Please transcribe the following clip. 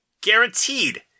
Guaranteed